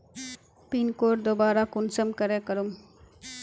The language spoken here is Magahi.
पिन कोड दोबारा कुंसम करे करूम?